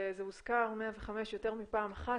ו-105 מוזכרים יותר מפעם אחת,